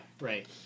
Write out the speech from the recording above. right